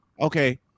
Okay